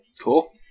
cool